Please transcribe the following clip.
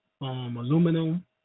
aluminum